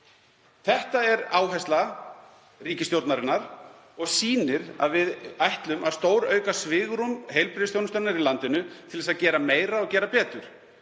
Þetta er áhersla ríkisstjórnarinnar og sýnir að við ætlum að stórauka svigrúm heilbrigðisþjónustunnar í landinu til að gera meira og gera betur.